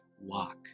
walk